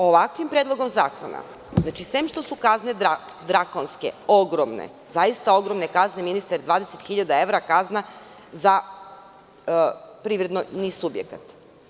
Ovakvim Predlogom zakona, znači sem što su kazne drakonske, ogromne, zaista ogromne kazne ministre, 20.000 evra kazna za privredni subjekat.